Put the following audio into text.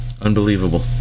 Unbelievable